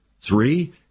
Three